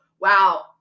wow